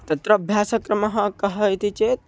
तत्र अभ्यासक्रमः कः इति चेत्